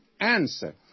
answer